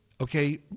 okay